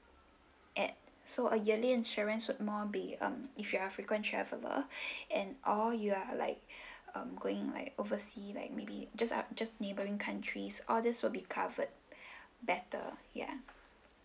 at so a yearly insurance would more be um if you are a frequent traveller and or you are like um going like oversea like maybe just uh just neighbouring countries all these will be covered better ya